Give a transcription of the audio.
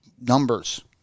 numbers